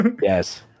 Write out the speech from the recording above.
yes